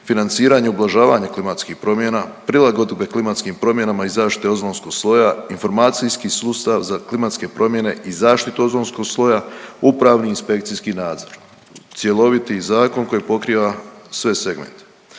financiranje i ublažavanje klimatskih promjena, prilagodbe klimatskim promjenama i zaštiti ozonskog sloja, informacijski sustav za klimatske promjene i zaštitu ozonskog sloja, upravni i inspekcijski nadzor, cjeloviti zakon koji pokriva sve segmente.